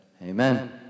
Amen